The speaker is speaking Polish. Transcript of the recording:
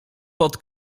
pod